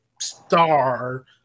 star